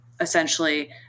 essentially